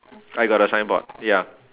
I got a signboard ya